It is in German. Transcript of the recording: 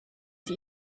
die